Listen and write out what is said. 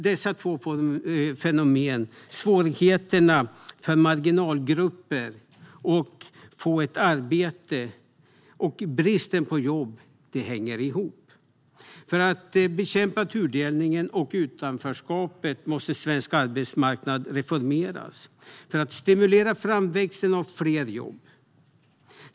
Dessa två fenomen - svårigheterna för marginalgrupper att få ett arbete och bristen på jobb - hänger ihop. För att bekämpa tudelningen och utanförskapet måste svensk arbetsmarknad reformeras för att stimulera framväxten av fler jobb.